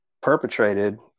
perpetrated